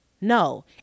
no